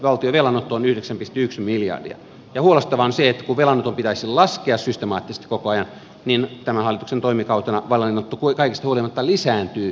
huolestuttavaa on se että kun velanoton pitäisi laskea systemaattisesti koko ajan niin tämän hallituksen toimikautena velanotto kaikesta huolimatta lisääntyy